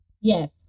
Yes